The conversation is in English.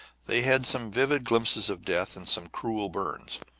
they had some vivid glimpses of death and some cruel burns,